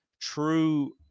true